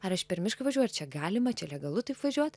ar aš per mišką važiuoja čia galima čia legalu taip važiuot